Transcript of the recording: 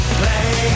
play